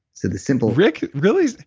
so the simple rick, really?